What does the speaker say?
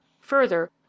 Further